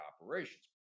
operations